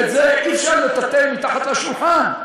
ואת זה אי-אפשר לטאטא מתחת לשולחן,